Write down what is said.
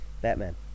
Batman